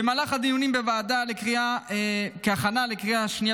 במהלך הדיונים בוועדה בהכנה לקריאה שנייה